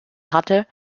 hatte